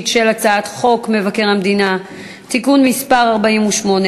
על הצעת חוק מבקר המדינה (תיקון מס' 48),